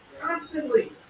constantly